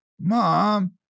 Mom